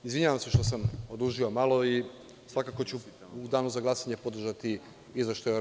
Izvinjavam se što sam odužio malo i svakako ću u danu za glasanje podržati Izveštaj o radu DRI.